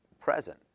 present